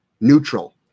neutral